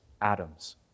atoms